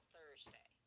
Thursday